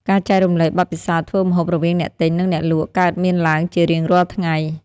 ការចែករំលែកបទពិសោធន៍ធ្វើម្ហូបរវាងអ្នកទិញ និងអ្នកលក់កើតមានឡើងជារៀងរាល់ថ្ងៃ។